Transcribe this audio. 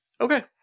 Okay